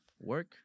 work